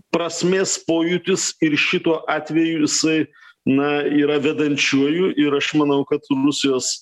prasmės pojūtis ir šituo atveju jisai na yra vedančiuoju ir aš manau kad rusijos